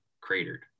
cratered